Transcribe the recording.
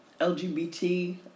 LGBT